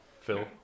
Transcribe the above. Phil